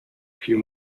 few